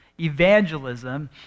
evangelism